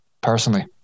personally